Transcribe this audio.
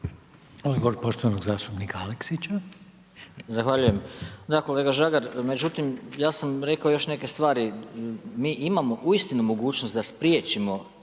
Goran (SNAGA)** Zahvaljujem. Da kolega Žagar, međutim ja sam rekao još neke stvari, mi imamo uistinu mogućnost da spriječimo